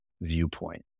viewpoint